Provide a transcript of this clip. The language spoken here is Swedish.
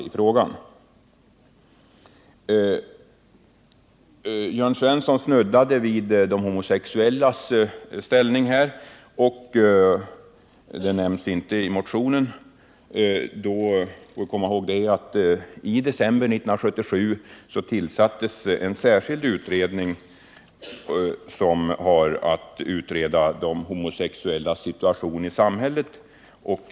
Jörn Svensson snuddade här också vid de homosexuellas rättsliga ställning, som inte nämns i motionen. Då får vi komma ihåg att i december 1977 tillsattes en särskild utredning, som har att utreda de homosexuellas situation i samhället.